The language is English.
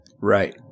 Right